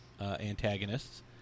antagonists